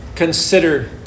Consider